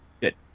Good